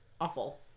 awful